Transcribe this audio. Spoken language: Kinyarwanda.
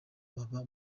baba